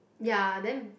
ya then